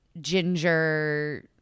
ginger